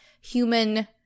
human